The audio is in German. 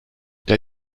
der